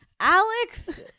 Alex